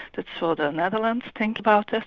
the sort of netherlands think about us.